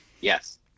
Yes